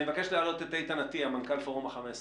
אני מבקש להעלות את איתן אטיה, מנכ"ל פורום ה-15.